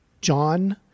John